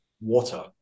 water